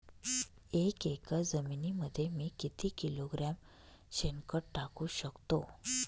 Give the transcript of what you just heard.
एक एकर जमिनीमध्ये मी किती किलोग्रॅम शेणखत टाकू शकतो?